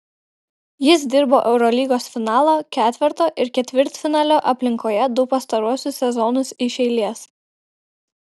jis dirbo eurolygos finalo ketverto ir ketvirtfinalio aplinkoje du pastaruosius sezonus iš eilės